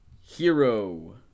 Hero